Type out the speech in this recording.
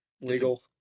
legal